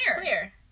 clear